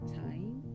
time